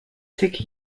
took